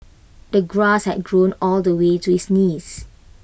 the grass had grown all the way to his knees